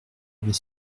avait